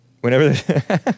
Whenever